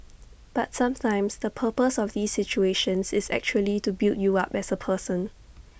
but sometimes the purpose of these situations is actually to build you up as A person